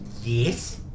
Yes